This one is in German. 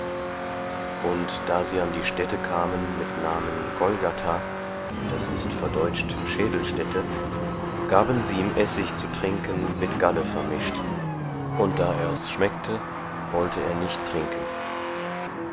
und da sie an die stätte kamen mit namen golgatha das ist verdeutscht schädelstätte gaben sie ihm essig zu trinken mit galle vermischt und da er's schmeckte wollte er nicht trinken